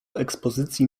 ekspozycji